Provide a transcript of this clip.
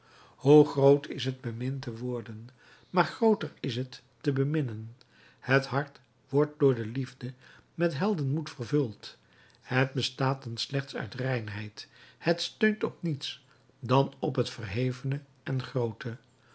hoe groot is het bemind te worden maar grooter is het te beminnen het hart wordt door de liefde met heldenmoed vervuld het bestaat dan slechts uit reinheid het steunt op niets dan op het verhevene en groote